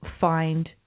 find